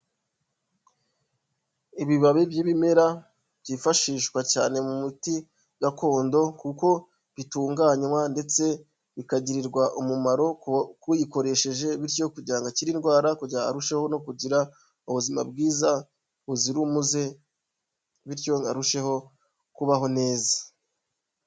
Ibibabi by'ibimera byifashishwa cyane mu muti gakondo kuko bitunganywa ndetse bikagirirwa umumaro k'uyikoresheje bityo kugira ngo akire indwara, kugira ngo arusheho no kugira ubuzima bwiza buzira umuze bityo arusheho kubaho neza.